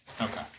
Okay